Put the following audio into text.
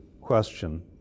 question